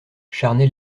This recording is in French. charnay